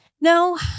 No